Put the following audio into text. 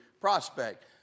prospect